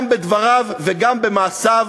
גם בדבריו וגם במעשיו,